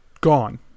gone